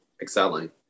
excelling